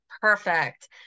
Perfect